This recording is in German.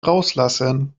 rauslassen